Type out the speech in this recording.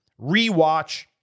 rewatch